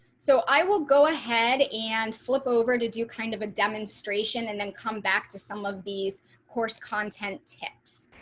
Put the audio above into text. so i will go ahead and flip over to do kind of a demonstration and then come back to some of these course content tips.